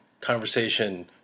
conversation